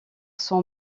son